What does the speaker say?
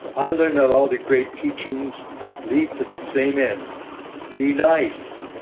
i learned that all the great teachings lead to the same end be nice.